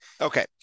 Okay